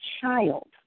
child